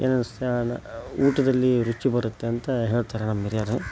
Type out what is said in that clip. ಏನನಿಸುತ್ತೆ ಊಟದಲ್ಲಿ ರುಚಿ ಬರುತ್ತೆ ಅಂತ ಹೇಳ್ತಾರೆ ನಮ್ಮ ಹಿರಿಯರು